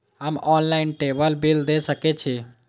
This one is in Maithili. हम ऑनलाईनटेबल बील दे सके छी?